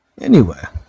Anywhere